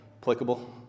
applicable